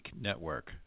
Network